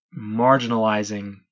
marginalizing